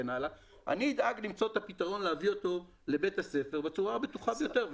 אני אדאג למצוא את הפתרון להביא אותו לבית הספר בצורה הבטוחה ביותר.